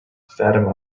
fatima